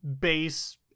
base